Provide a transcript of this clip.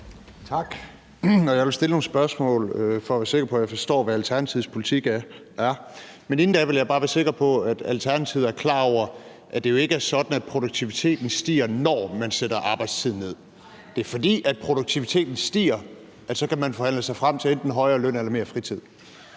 Tak. Jeg vil stille nogle spørgsmål for at være sikker på, at jeg forstår, hvad Alternativets politik er. Men inden da vil jeg bare være sikker på, at Alternativet er klar over, at det jo ikke er sådan, at produktiviteten stiger, når man sætter arbejdstiden ned. Det er, fordi produktiviteten stiger, at man så kan forhandle sig frem til enten højere løn eller mere fritid.